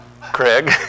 Craig